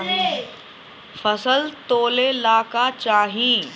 फसल तौले ला का चाही?